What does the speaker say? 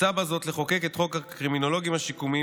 מוצע בזאת לחוקק את חוק הקרימינולוגים השיקומיים,